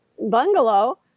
bungalow